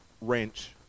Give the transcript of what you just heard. wrench